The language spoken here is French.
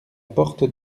porte